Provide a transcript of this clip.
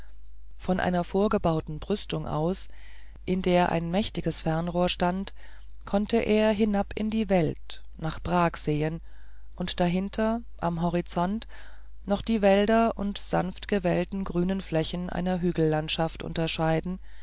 von einer vorgebauten brüstung aus in der ein mächtiges fernrohr stand konnte er hinab in die welt nach prag sehen und dahinter am horizont noch die wälder und sanft gewellten grünen flächen einer hügellandschaft unterscheiden